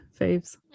faves